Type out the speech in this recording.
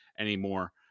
anymore